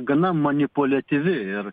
gana manipuliatyvi ir